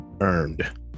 earned